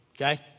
okay